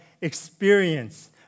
experience